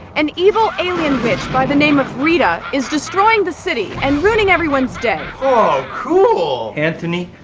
an evil alien witch by the name of rita is destroying the city and ruining everyone's day. oh, cool! anthony,